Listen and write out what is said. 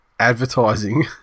advertising